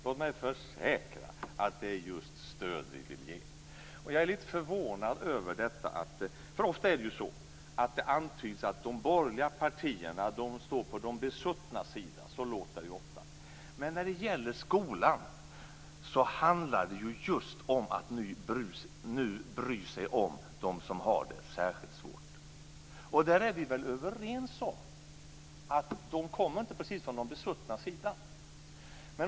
Låt mig försäkra att det är just stöd vi vill ge. Jag är lite förvånad över detta. Det antyds ofta att de borgerliga partierna står på de besuttnas sida. Men när det gäller skolan handlar det om att bry sig om dem som har det särskilt svårt. Där är vi väl överens om att de inte kommer från de besuttnas sida.